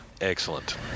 Excellent